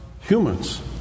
humans